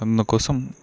అందుకోసం